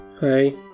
Hi